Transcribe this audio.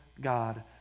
God